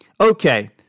Okay